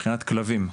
מבחינת כלבים: